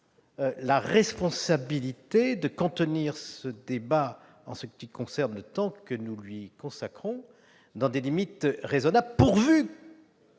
la responsabilité de contenir ce débat, pour ce qui concerne le temps que nous lui consacrons, dans des limites raisonnables, et